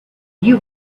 you